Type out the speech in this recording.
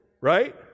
right